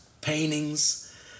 paintings